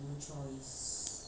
see how lah